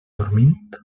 dormint